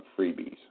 freebies